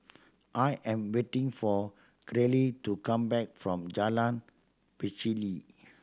I am waiting for Caryl to come back from Jalan Pacheli